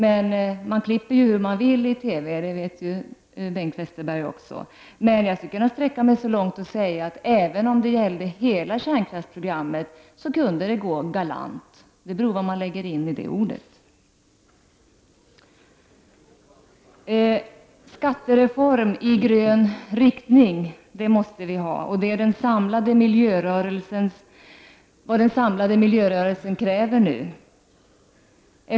Men man klipper hur man vill i TV — det vet ju Bengt Westerberg också. Men jag kan hävda att det kunde gå galant även när det gäller hela kärnkraftsprogrammet. Det beror på vad man lägger in i ordet galant. Skattereform i grön riktning måste vi ha. Det är vad den samlade miljörörelsen kräver.